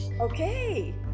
okay